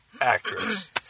actress